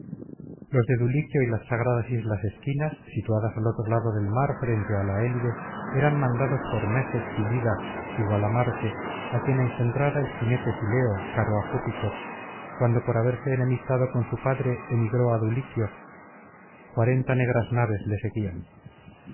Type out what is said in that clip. los de duliquio y las sagradas islas equinas situadas al otro lado del mar frente á la elide eran mandados por meges filida igual á marte á quien engendrara el jinete fileo caro á júpiter cuando por haberse enemistado con su padre emigró á duliquio cuarenta negras naves le seguían